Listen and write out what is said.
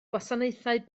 gwasanaethau